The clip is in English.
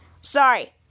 Sorry